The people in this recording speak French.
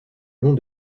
long